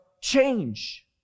change